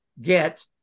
get